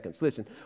Listen